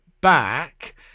back